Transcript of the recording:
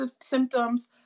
symptoms